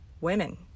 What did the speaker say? women